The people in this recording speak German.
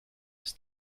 ist